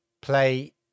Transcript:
play